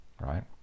right